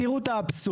תראו את האבסורד,